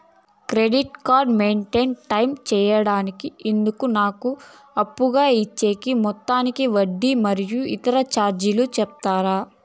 Credit card maintain time సేయడానికి ఇందుకు నాకు అప్పుగా ఇచ్చే మొత్తానికి వడ్డీ మరియు ఇతర చార్జీలు సెప్తారా?